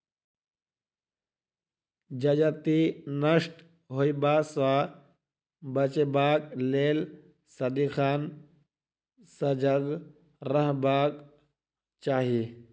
जजति नष्ट होयबा सँ बचेबाक लेल सदिखन सजग रहबाक चाही